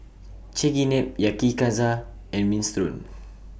Chigenabe Yakizakana and Minestrone